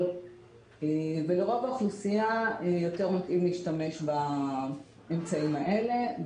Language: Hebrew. - ולרוב האוכלוסייה יותר מתאים להשתמש באמצעים האלה.